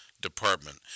department